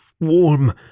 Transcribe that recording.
Warm